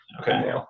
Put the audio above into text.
Okay